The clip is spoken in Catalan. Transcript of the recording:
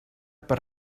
per